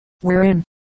wherein